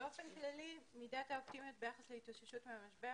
באופן כללי מידת האופטימיות ביחס להתאוששות מהמשבר